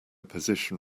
position